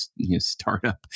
startup